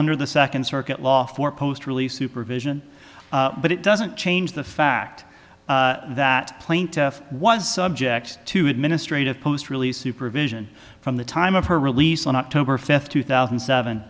under the second circuit law for post relief supervision but it doesn't change the fact that plaintiff was subject to administrative post release supervision from the time of her release on october fifth two thousand and seven